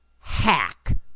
hack